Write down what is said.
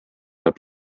peab